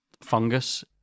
fungus